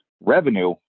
revenue